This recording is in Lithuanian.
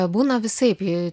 būna visaip